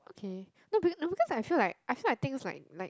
okay no because because I feel like I feel like things like like